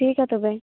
ᱴᱷᱤᱠ ᱜᱮᱭᱟ ᱛᱚᱵᱮ